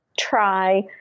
try